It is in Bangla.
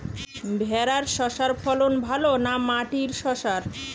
ভেরার শশার ফলন ভালো না মাটির শশার?